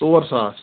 ژور ساس